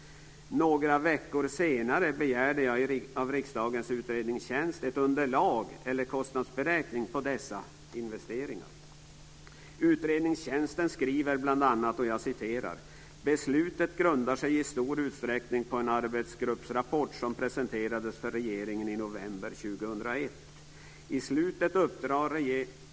Några veckor senare begärde jag av riksdagens utredningstjänst ett underlag eller en kostnadsberäkning på dessa investeringar. Utredningstjänsten skriver bl.a. följande: Beslutet grundar sig i stor utsträckning på en arbetsgruppsrapport som presenterades för regeringen i november 2001.